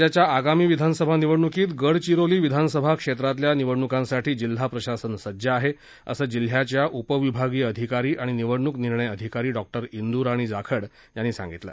राज्याच्या आगामी विधानसभा निवडणुकीत गडचिरोली विधानसभा क्षेत्रातल्या निवडणुकांसाठी जिल्हा प्रशासन सज्ज आहे असं जिल्ह्याच्या उपविभागीय अधिकारी आणि निवडणूक निर्णय अधिकारी डॉक्टर इंदूराणी जाखड यांनी सांगितलं